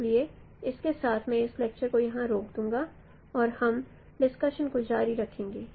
इसलिए इसके साथ मैं इस लेक्चर को यहां रोक दूंगा और हम इस डिस्कशन को जारी रखेंगे